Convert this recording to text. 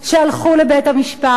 שהלכו לבית-המשפט,